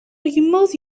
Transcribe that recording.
immerse